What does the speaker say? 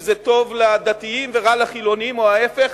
אם זה טוב לדתיים ורע לחילונים או ההיפך,